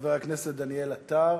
חבר הכנסת דניאל עטר,